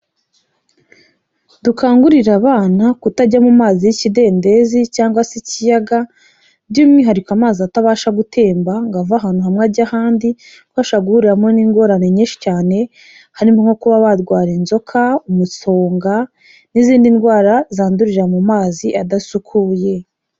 Dukangurire abana kutajya mu mazi y'ikidendezi cyangwa se ikiyaga, by'umwihariko amazi atabasha gutemba ngo ave ahantu hamwe ajya ahandi, kuko ashobora guhuriramo n'ingorane nyinshi cyane, harimo nko kuba barwara inzoka, umusonga n'izindi ndwara zandurira mu mazi adasukuye.